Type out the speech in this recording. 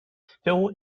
still